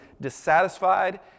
dissatisfied